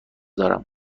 دارم